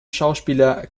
schauspieler